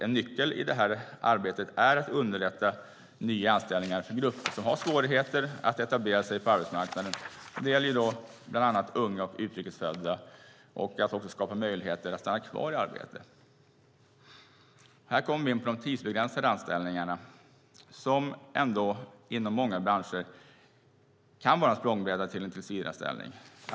En nyckel i det arbetet är att underlätta nya anställningar för grupper som har svårigheter att etablera sig på arbetsmarknaden - det gäller bland annat unga och utrikes födda - och att skapa möjligheter för dem att stanna kvar i arbete. Här kommer vi in på de tidsbegränsade anställningarna, som ändå inom många branscher kan vara en språngbräda till en tillsvidareanställning.